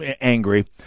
angry